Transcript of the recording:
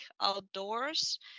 outdoors